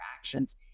actions